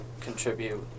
contribute